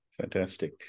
Fantastic